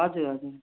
हजुर हजुर